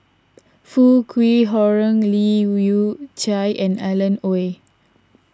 Foo Kwee Horng Leu Yew Chye and Alan Oei